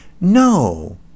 No